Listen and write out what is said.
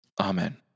Amen